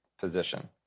position